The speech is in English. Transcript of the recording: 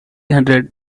hundred